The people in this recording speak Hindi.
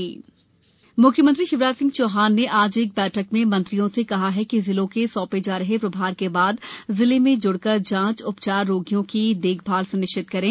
म्ख्यमंत्री समीक्षा मुख्यमंत्री शिवराज सिंह चौहान ने आज एक बैठक में मंत्रियों से कहा कि जिलों के सौंपे जा रहे प्रभार के बाद जिले से ज्ड़कर जांचए उपचारएरोगियों की देखभाल स्निश्चित करें